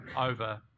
over